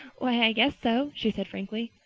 why, i guess so, she said frankly.